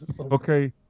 Okay